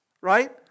right